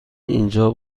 اینجا